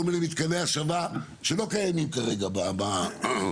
מיני מתקני השבה שלא קיימים כרגע אצלנו.